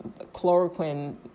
chloroquine